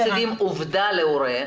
אם אתם מציגים עובדה להורה,